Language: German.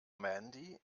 mandy